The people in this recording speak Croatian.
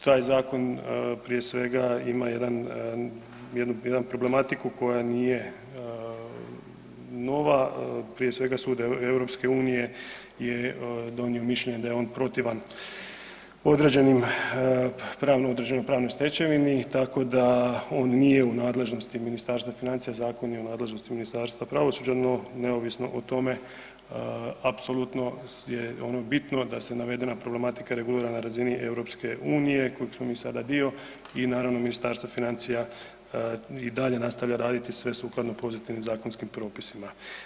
Taj zakon prije svega ima jedan, jednu, jedan problematiku koja nije nova, prije svega sud EU je donio mišljenje da je on protivan određenim, .../nerazumljivo/... pravnoj stečevini, tako da on nije u nadležnosti Ministarstva financija, zakon je u nadležnosti Ministarstva pravosuđa, no, neovisno o tome, apsolutno je ono bitno da se navedena problematika regulira na razini EU koje smo mi sada dio i naravno Ministarstvo financija i dalje nastavlja raditi sve sukladno pozitivnim zakonskim propisima.